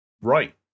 right